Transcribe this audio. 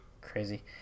crazy